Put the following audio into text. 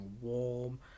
warm